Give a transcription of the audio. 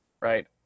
right